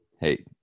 Hey